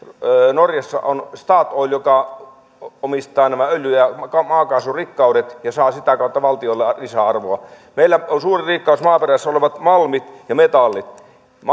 norjassa on statoil joka omistaa nämä öljy ja maakaasurikkaudet ja saa sitä kautta valtiolle lisäarvoa meillä on suuri rikkaus maaperässä olevat malmit ja metallit